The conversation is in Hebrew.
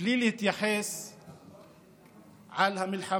בלי להתייחס למלחמה